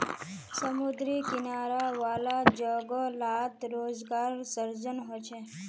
समुद्री किनारा वाला जोगो लात रोज़गार सृजन होचे